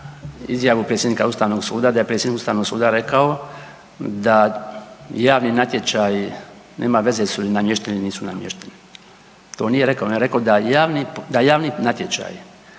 izjavu predsjednika Ustavnog suda, da je predsjednik Ustavnog suda rekao da javni natječaj nema veze jesu li namješteni ili nisu namješteni. To nije rekao, on je rekao da javni natječaj,